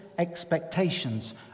expectations